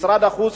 משרד החוץ,